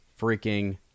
freaking